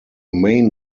main